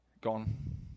gone